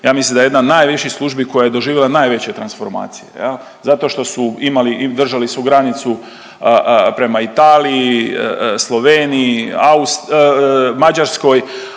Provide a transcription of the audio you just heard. ja mislim da je jedna od najviših službi koja je doživjela najveće transformacije zato što su imali, držali su granicu prema Italiji, Sloveniji, Mađarskoj.